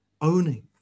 owning